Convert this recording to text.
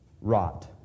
rot